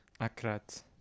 Akrat